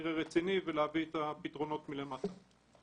כנראה רציני ולהביא את הפתרונות מלמטה.